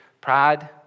Pride